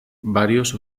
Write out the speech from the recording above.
varios